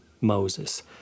Moses